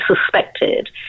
suspected